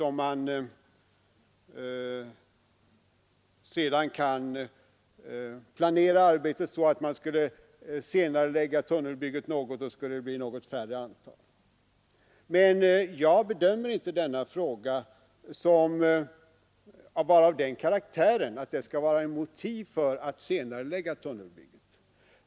Om man sedan planerar arbetet så att man senarelägger tunnelbygget något, skulle det bli ett något färre antal. Jag bedömer inte denna fråga vara av den karaktären att den kan vara ett motiv för att senarelägga tunnelbyggandet.